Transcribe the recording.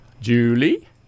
Julie